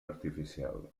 artificial